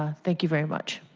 ah thank you very much.